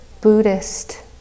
buddhist